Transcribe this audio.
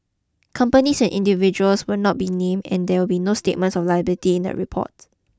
companies and individuals will not be named and there will be no statements of liability in the reports